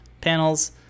panels